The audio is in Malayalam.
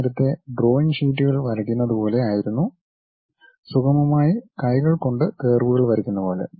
നേരത്തെ ഡ്രോയിങ് ഷീറ്റുകൾ വരയ്ക്കുന്നതുപോലെ ആയിരുന്നു സുഗമമായി കൈകൾ കൊണ്ട് കർവുകൾ വരയ്ക്കുന്നപോലെ